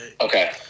Okay